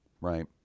right